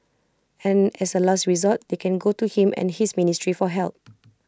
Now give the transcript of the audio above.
and as A last resort they can go to him and his ministry for help